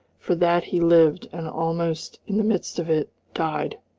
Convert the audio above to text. for that he lived and, almost in the midst of it, died.